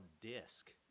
Disc